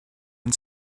and